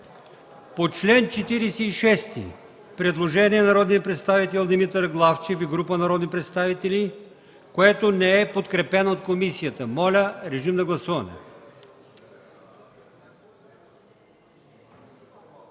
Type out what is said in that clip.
По чл. 47 има предложение от народния представител Димитър Главчев и група народни представители, което не е подкрепено от комисията. Моля, режим на гласуване!